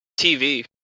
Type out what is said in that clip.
tv